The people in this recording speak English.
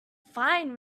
fine